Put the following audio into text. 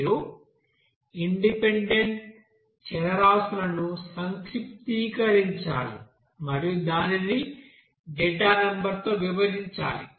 మీరు ఇండిపెండెంట్ చరరాశులను సంక్షిప్తీకరించాలి మరియు దానిని డేటా నెంబర్ తో విభజించాలి